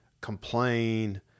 complain